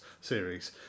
series